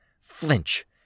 flinch